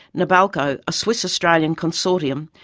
nabalco, a swiss-australian consortium,